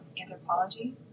anthropology